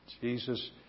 Jesus